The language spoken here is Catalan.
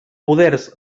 poders